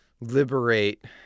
liberate